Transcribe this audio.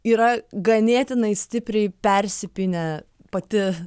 yra ganėtinai stipriai persipynę pati